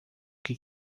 que